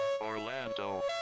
Orlando